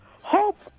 Hope